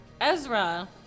Ezra